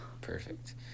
Perfect